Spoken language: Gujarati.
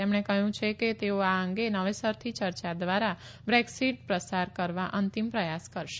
તેમકો કહ્યું છે કે તેઓ આ અંગે નવેસરથી ચર્ચા દ્વારા બ્રેક્ઝિટ પસાર કરવા અંતિમ પ્રયાસ કરશે